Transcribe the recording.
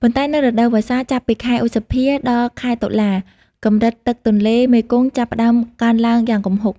ប៉ុន្តែនៅរដូវវស្សា ចាប់ពីខែឧសភា ដល់ខែតុលា កម្រិតទឹកទន្លេមេគង្គចាប់ផ្តើមកើនឡើងយ៉ាងគំហុក។